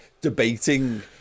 debating